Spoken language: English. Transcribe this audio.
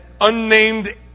unnamed